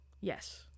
Yes